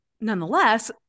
nonetheless